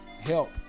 Help